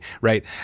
right